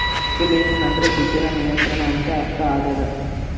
regulation ಅಂದ್ರೆ ದುಡ್ಡಿನ ನಿಯಂತ್ರಣ ಅಂತ ಅರ್ಥ ಆಗ್ಯದ